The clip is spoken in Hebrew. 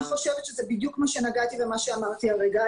אני חושבת שזה בדיוק מה שנגעתי ומה שאמרתי כרגע.